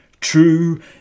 true